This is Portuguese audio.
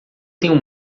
tenho